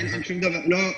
לא, לא.